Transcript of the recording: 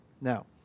Now